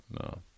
no